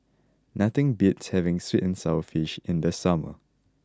nothing beats having Sweet and Sour Fish in the summer